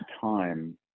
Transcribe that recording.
time